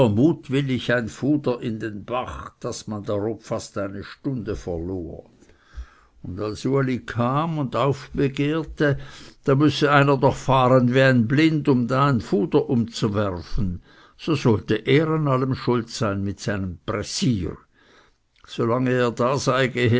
mutwillig ein fuder in den bach daß man darob fast eine stunde verlor und als uli dazukam und aufbegehrte da müsse einer doch fahren wie ein blind um da ein fuder umzuwerfen so sollte er an allem schuld sein mit seinem pressier solange er da sei